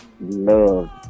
love